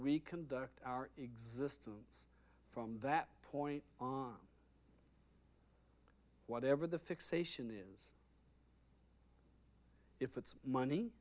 we conduct our existence from that point on whatever the fixation is if it's money